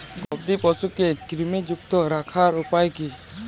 গবাদি পশুকে কৃমিমুক্ত রাখার উপায় কী?